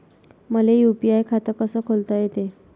मले यू.पी.आय खातं कस खोलता येते?